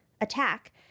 attack